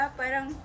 parang